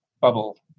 bubble